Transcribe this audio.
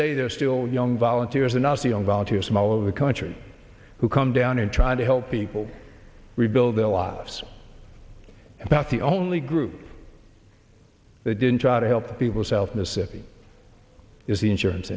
day they're still young volunteers enough the young volunteers from all over the country who come down and try to help people rebuild their lives about the only group that didn't try to help people south mississippi is the insurance